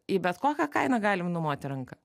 į bet kokią kainą galim numoti ranka